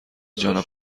جانا